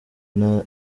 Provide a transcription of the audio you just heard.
nta